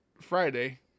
Friday